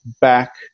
back